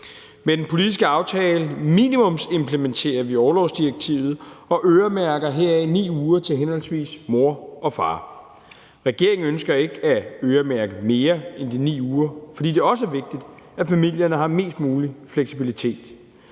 Med den politiske aftale minimumsimplementerer vi orlovsdirektivet og øremærker heraf 9 uger til henholdsvis mor og far. Regeringen ønsker ikke at øremærke mere end de 9 uger, fordi det også er vigtigt, at familierne har mest mulig fleksibilitet.